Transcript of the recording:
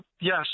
yes